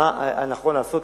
ומה נכון לעשות.